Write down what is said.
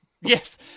Yes